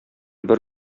бер